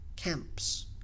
Camps